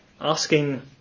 asking